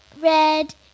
Red